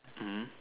mmhmm